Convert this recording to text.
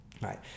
right